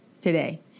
today